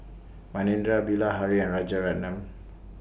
Manindra Bilahari and Rajaratnam